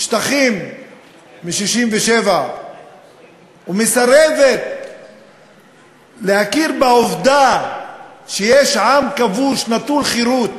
שטחים מ-1967 ומסרבת להכיר בעובדה שיש עַם כבוש נטול חירות,